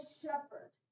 shepherd